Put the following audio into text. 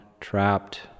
trapped